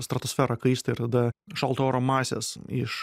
stratosfera kaista ir tada šalto oro masės iš